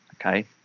Okay